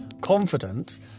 confident